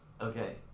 Okay